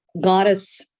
goddess